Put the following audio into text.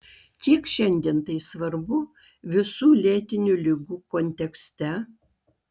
kiek šiandien tai svarbu visų lėtinių ligų kontekste